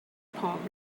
palm